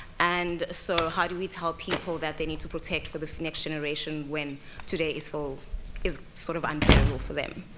and so how do we tell people that they need to protect for the next generation, when today so is is sort of unbearable for them?